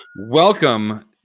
Welcome